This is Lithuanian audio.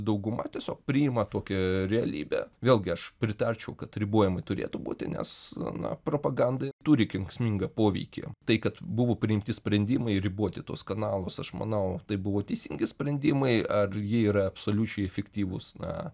dauguma tiesiog priima tokią realybę vėlgi aš pritarčiau kad ribojimai turėtų būti nes na propaganda turi kenksmingą poveikį tai kad buvo priimti sprendimai riboti tuos kanalus aš manau tai buvo teisingi sprendimai ar jie yra absoliučiai efektyvūs na